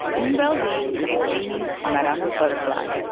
bumble-ardy from puccini's madama butterfly